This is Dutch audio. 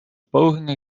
pogingen